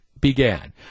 began